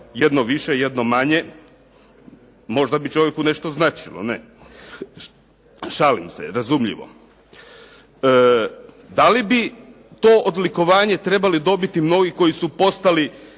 jedno više, jedno manje možda bi čovjeku nešto značilo. Šalim se. Razumljivo. Da li bi to odlikovanje trebali dobiti mnogi koji su postali